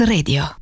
Radio